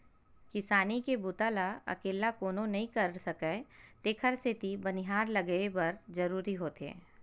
किसानी के बूता ल अकेल्ला कोनो नइ कर सकय तेखर सेती बनिहार लगये बर जरूरीच होथे